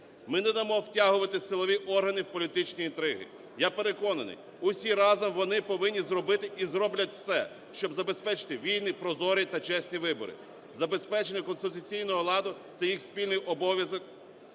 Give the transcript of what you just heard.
Ми не дамо втягувати силові органи в політичні інтриги. Я переконаний, усі разом вони повинні зробити і зроблять все, щоб забезпечити вільні, прозорі та чесні вибори. Забезпечення конституційного ладу – це їх спільний обов'язок,